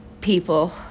people